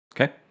Okay